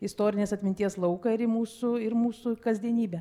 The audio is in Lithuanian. istorinės atminties lauką ir į mūsų ir į mūsų kasdienybę